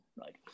right